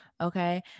okay